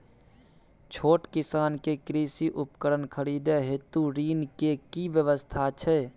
छोट किसान के कृषि उपकरण खरीदय हेतु ऋण के की व्यवस्था छै?